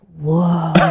whoa